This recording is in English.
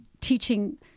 teaching